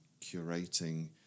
curating